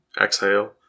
exhale